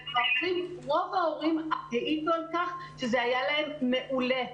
רוב ההורים העידו על כך שזה היה להן מעולה,